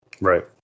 Right